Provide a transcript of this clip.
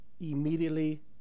immediately